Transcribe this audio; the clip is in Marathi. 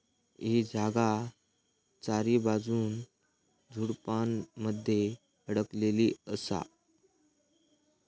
ही जागा चारीबाजून झुडपानमध्ये अडकलेली असा